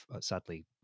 sadly